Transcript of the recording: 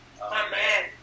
Amen